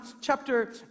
chapter